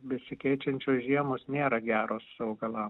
besikeičiančios žiemos nėra geros augalam